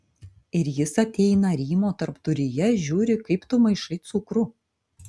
ir jis ateina rymo tarpduryje žiūri kaip tu maišai cukrų